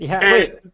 Wait